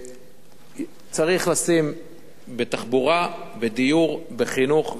צריך לשים בתחבורה, בדיור, בחינוך ותעסוקה,